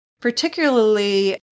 particularly